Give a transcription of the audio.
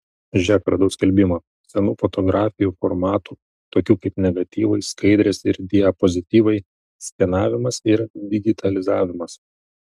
žėk radau skelbimą senų fotografijų formatų tokių kaip negatyvai skaidrės ir diapozityvai skenavimas ir digitalizavimas